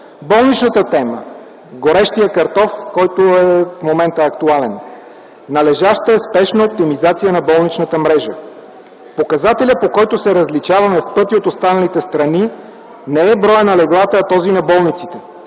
Болничната тема, горещият картоф, който е в момента актуален – належаща е спешна оптимизация на болничната мрежа. Показателят, по който се различаваме в пъти от останалите страни не е броят на леглата, а този на болниците.